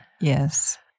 Yes